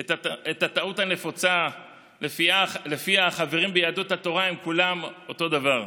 את הטעות הנפוצה שלפיה החברים ביהדות התורה הם כולם אותו דבר.